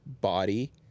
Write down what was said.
body